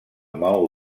maó